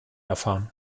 erfahren